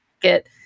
get